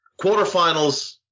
quarterfinals